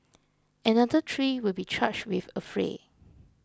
another three will be charged with affray